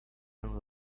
and